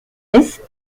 est